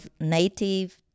native